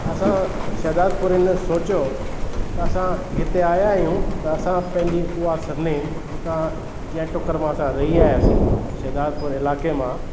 असां शहदादपुरी में सोचियो त असां हिते आहियां आहियूं त असां पंहिंजी उहा सरनेम जितां जंहिं टुकर मां असां रही आहियासीं शहदादपुर इलाइक़े मां